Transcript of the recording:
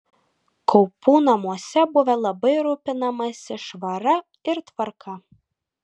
kaupų namuose buvę labai rūpinamasi švara ir tvarka